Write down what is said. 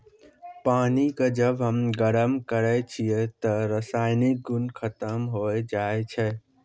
पानी क जब हम गरम करै छियै त रासायनिक गुन खत्म होय जाय छै